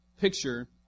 picture